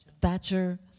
Thatcher